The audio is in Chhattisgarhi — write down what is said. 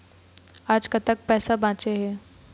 आज कतक पैसा बांचे हे?